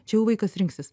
čia jau vaikas rinksis